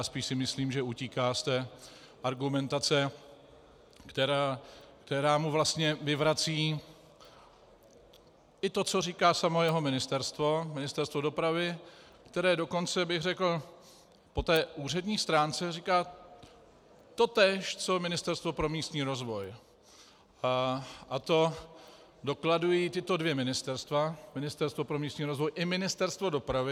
Spíše si myslím, že utíká z argumentace, která mu vlastně vyvrací i to, co říká samo jeho ministerstvo, Ministerstvo dopravy, které dokonce po úřední stránce říká totéž, co Ministerstvo pro místní rozvoj, a to dokladují tato dvě ministerstva: Ministerstvo pro místní rozvoj i Ministerstvo dopravy.